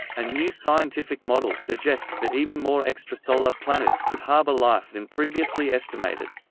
a new scientific model suggests that even more extrasolar planets could harbour life than previously estimated.